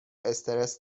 استرس